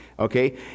Okay